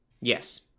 Yes